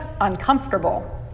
uncomfortable